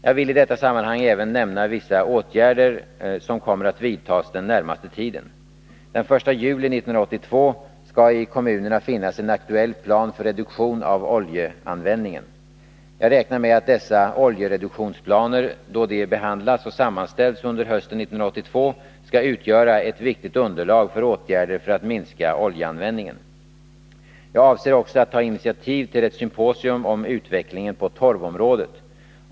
Jag vill i detta sammanhang även nämna vissa åtgärder som kommer att vidtas den närmaste tiden. Den 1 juli 1982 skall i kommunerna finnas en aktuell plan för reduktion av oljeanvändningen. Jag räknar med att dessa oljereduktionsplaner då de behandlas och sammanställs under hösten 1982 skall utgöra ett viktigt underlag för åtgärder för att minska oljeanvändningen. Jag avser också att ta initiativ till ett symposium om utvecklingen på torvområdet.